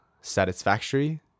satisfactory